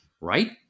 right